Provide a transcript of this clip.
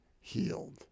healed